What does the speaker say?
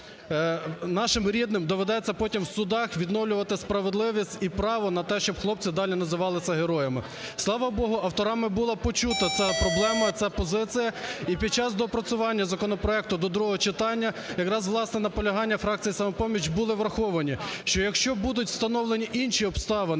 нашим рідним доведеться потім в судах відновлювати справедливість і право на те, щоб хлопці далі називалися героями. Слава Богу, авторами була почута ця проблема. Ця позиція. І під час доопрацювання законопроекту до другого читання якраз, власне, на наполягання фракції "Самопоміч" були враховані, що якщо будуть встановлені інші обставини,